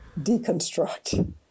deconstruct